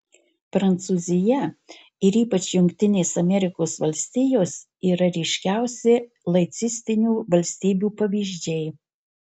prancūzija ir ypač jungtinės amerikos valstijos yra ryškiausi laicistinių valstybių pavyzdžiai